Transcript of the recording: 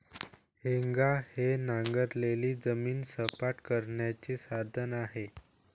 हेंगा हे नांगरलेली जमीन सपाट करण्याचे साधन आहे